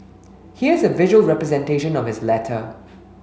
here's a visual representation of his letter